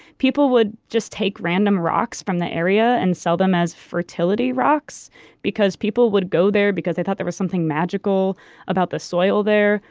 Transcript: people would just take random rocks from the area and sell them as fertility rocks because people would go there because they thought there was something magical about the soil there.